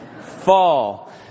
fall